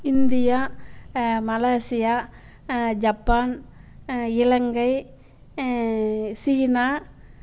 India Malaysia Japan இலங்கை சீனா